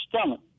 stomach